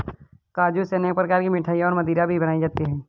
काजू से अनेक प्रकार की मिठाईयाँ और मदिरा भी बनाई जाती है